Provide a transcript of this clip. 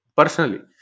personally